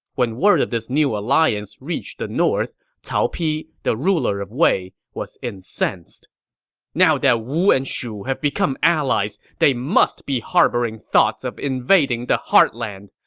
when word of this new alliance reached the north, cao pi, the ruler of wei, was incensed now that wu and shu have become allies, they must be harboring thoughts of invading the heartland!